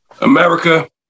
America